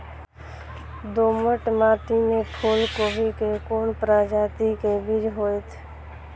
दोमट मिट्टी में फूल गोभी के कोन प्रजाति के बीज होयत?